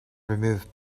removed